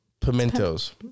Pimentos